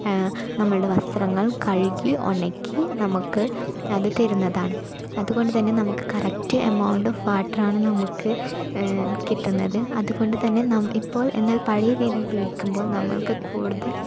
നമ്മുടെ വസ്ത്രങ്ങൾ കഴുകി ഉണക്കി നമുക്ക് അത് തരുന്നതാണ് അതുകൊണ്ട് തന്നെ നമുക്ക് കറക്റ്റ് എമൗണ്ട് വാട്ടർ ആണ് നമുക്ക് കിട്ടുന്നത് അതുകൊണ്ട് തന്നെ നാം ഇപ്പോൾ എന്നാൽ പഴയ രീതിയിൽ ഉപയോഗിക്കുമ്പോൾ നമ്മൾക്ക് കൂടുതൽ